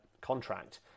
contract